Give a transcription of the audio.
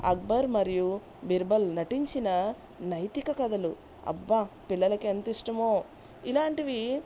అక్బర్ మరియు బీర్బల్ నటించిన నైతిక కథలు అబ్బా పిల్లలకు ఎంత ఇష్టమో ఇలాంటివి